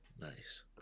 Nice